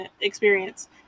experience